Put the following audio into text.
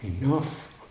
Enough